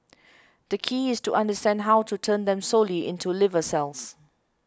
the key is to understand how to turn them solely into liver cells